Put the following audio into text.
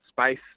space